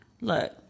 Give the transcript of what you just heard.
Look